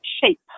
shape